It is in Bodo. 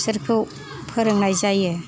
बिसोरखौ फोरोंनाय जायो